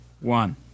one